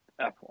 F1